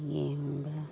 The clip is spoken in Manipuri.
ꯌꯦꯡꯕ